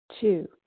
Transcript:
Two